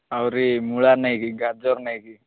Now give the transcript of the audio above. ଆହୁରି ମୂଳା ନାଇଁ କି ଗାଜର୍ ନାହିଁ କି